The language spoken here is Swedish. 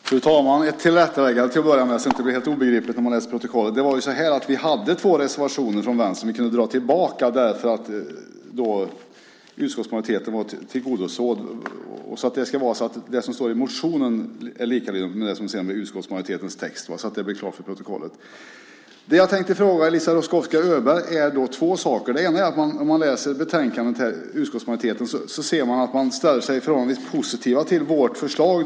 Fru talman! Jag vill till att börja med komma med ett tillrättaläggande, så att det inte blir helt obegripligt när man läser protokollet. Vi hade två reservationer från Vänstern, men kunde dra tillbaka dem därför att utskottsmajoriteten tillgodosåg dem. Det som står i motionen ska vara likalydande med utskottsmajoritetens text. Jag har två frågor till Eliza Roszkowska Öberg. Den ena handlar om öppen källkod och öppen standard. Om man läser betänkandet ser man att utskottsmajoriteten ställer sig förhållandevis positiv till vårt förslag.